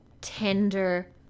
tender